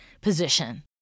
position